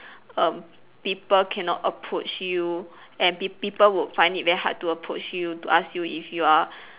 um people cannot approach you and peop~ people would find it very hard to approach you to ask you if you are